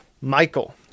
Michael